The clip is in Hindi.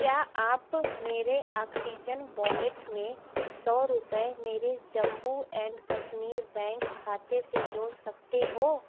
क्या आप मेरे आक्सीजन वॉलेट में सौ रुपये मेरे जम्मू एंड कश्मीर बैंक खाते से जोड़ सकते हो